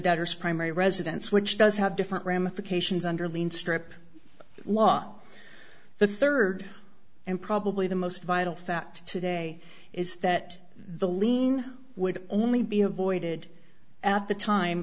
daughter's primary residence which does have different ramifications under lien strip law the rd and probably the most vital fact today is that the lien would only be avoided at the time